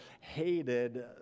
hated